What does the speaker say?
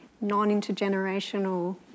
non-intergenerational